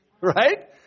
right